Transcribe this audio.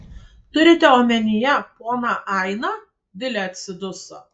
turite omenyje poną ainą vilė atsiduso